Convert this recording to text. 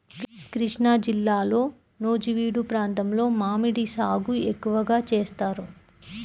కృష్ణాజిల్లాలో నూజివీడు ప్రాంతంలో మామిడి సాగు ఎక్కువగా చేస్తారు